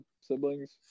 siblings